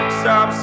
stop